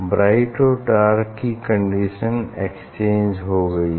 bright और dark की conditions exchange हो गई हैं